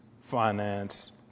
finance